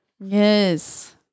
Yes